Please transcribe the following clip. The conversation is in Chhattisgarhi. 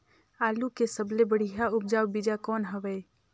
आलू के सबले बढ़िया उपजाऊ बीजा कौन हवय?